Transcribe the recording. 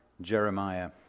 Jeremiah